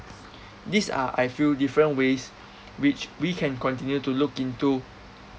these are I feel different ways which we can continue to look into